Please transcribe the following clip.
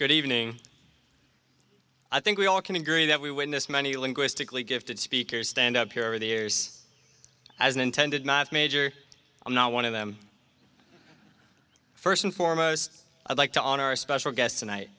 good evening i think we all can agree that we witnessed many linguistically gifted speakers stand up here over the years as an intended not major i'm not one of them first and foremost i'd like to honor our special guests tonight